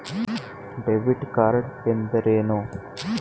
Debit card ಎಂದರೇನು?